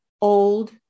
old